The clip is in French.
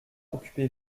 occupez